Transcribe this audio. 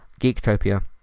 Geektopia